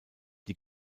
die